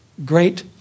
great